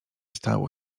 stało